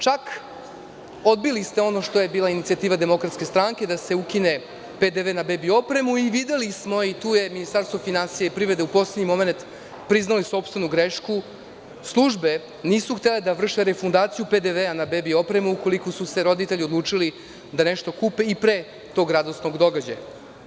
Čak, odbili ste ono što je bila inicijativa DS da se ukine PDV na bebi opremu i videli smo i tu je Ministarstvo finansija i privrede u poslednji momenat priznali sopstvenu grešku, službe nisu htele da vrše refundaciju PDV na bebi opremu ukoliko su se roditelji odlučili da kupe i pre tog radosnog događaja.